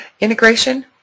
integration